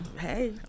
hey